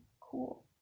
Cool